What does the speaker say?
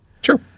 Sure